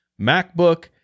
MacBook